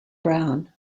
brown